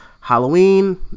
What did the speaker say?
halloween